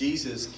Jesus